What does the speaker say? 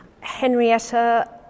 henrietta